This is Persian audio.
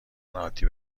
عادی